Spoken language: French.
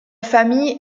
famille